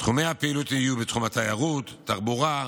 תחומי הפעילות יהיו תיירות, תחבורה,